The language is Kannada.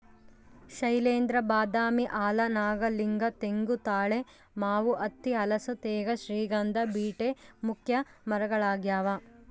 ಶೈಲೇಂದ್ರ ಬಾದಾಮಿ ಆಲ ನಾಗಲಿಂಗ ತೆಂಗು ತಾಳೆ ಮಾವು ಹತ್ತಿ ಹಲಸು ತೇಗ ಶ್ರೀಗಂಧ ಬೀಟೆ ಮುಖ್ಯ ಮರಗಳಾಗ್ಯಾವ